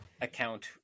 account